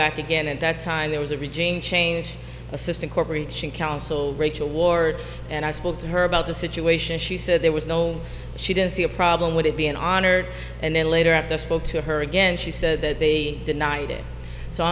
back again at that time there was a regime change assisting corporation counsel rachel ward and i spoke to her about the situation she said there was no she didn't see a problem with it being honored and then later after spoke to her again she said that they denied it so